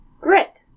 Grit